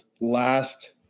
last